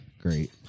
Great